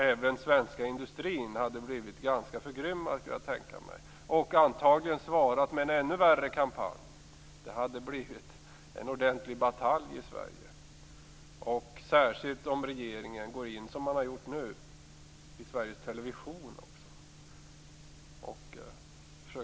Även svenska industrin hade blivit förgrymmad och antagligen svarat med en ännu värre kampanj. Det hade blivit en ordentlig batalj. Regeringen har ju försökt att påverka via Sveriges television.